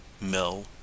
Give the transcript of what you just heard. mill